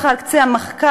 על קצה המזלג,